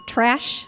Trash